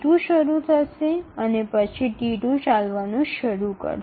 T1 চলতে শুরু করে এবং তারপরে T2 চলতে শুরু করে